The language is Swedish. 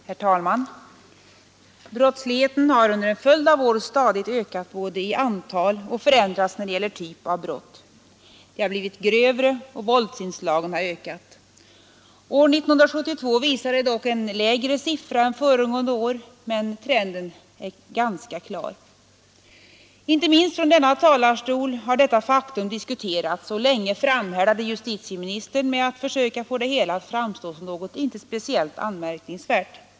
Herr talman! Brottsligheten har under en följd av år både stadigt ökat i antal och förändrats när det gäller typ av brott. Brotten har blivit grövre och våldsinslagen har ökat. År 1972 visade visserligen en lägre siffra än föregående år, men trenden är ändå ganska klar. Inte minst från denna talarstol har detta faktum diskuterats. Länge framhärdade justitieministern i att försöka få det hela att framstå såsom något inte speciellt anmärkningsvärt.